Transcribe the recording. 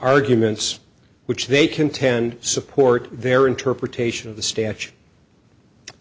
arguments which they contend support their interpretation of the stanch